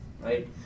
right